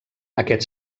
aquest